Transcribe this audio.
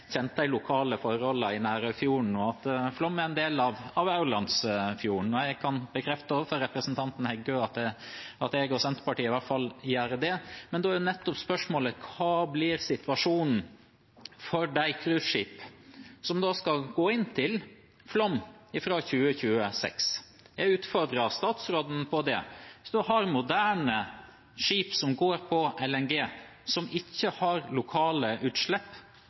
Senterpartiet i hvert fall gjør det, men da er nettopp spørsmålet: Hva blir situasjonen for de cruiseskipene som skal gå inn til Flåm fra 2026? Jeg utfordrer statsråden på det. Hvis en har moderne skip som går på LNG, som ikke har lokale utslipp,